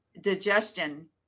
digestion